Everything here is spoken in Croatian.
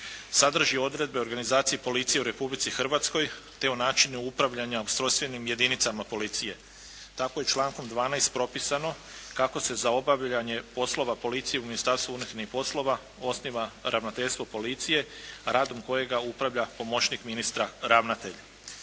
sadrži odredbe o organizaciji policije u Republici Hrvatskoj te o načinu upravljanja ustrojstvenim jedinicama policije. Tako je člankom 12. propisano kako se za obavljanje poslova policija u Ministarstvu unutarnjih poslova osniva ravnateljstvo policije a radom kojega upravlja pomoćnik ministra ravnatelj.